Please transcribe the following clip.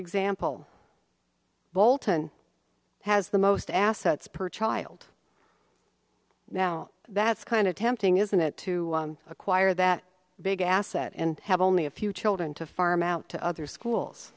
example bolton has the most assets per child now that's kind of tempting isn't it to acquire that big asset and have only a few children to farm out to other schools